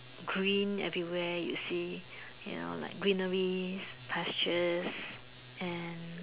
green everywhere you see you know like greeneries pastures and